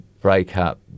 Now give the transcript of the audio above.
breakup